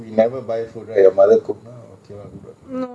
no I don't think its working eh I don't want it that way